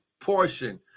portion